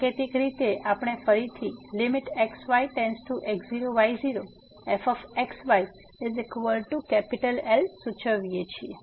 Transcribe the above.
સાંકેતિક રીતે આપણે ફરીથી xyx0y0fxyL સૂચવીએ છીએ